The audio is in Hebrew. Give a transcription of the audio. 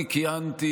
אני כיהנתי,